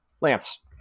Lance